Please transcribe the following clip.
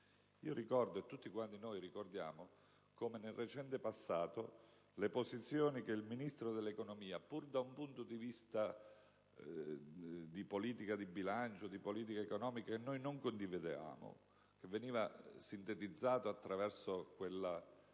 del Paese. Tutti quanti noi ricordiamo come nel recente passato le posizioni che il Ministro dell'economia, pur da un punto di vista di politica di bilancio ed economica che noi non condividevamo, che veniva sintetizzata nella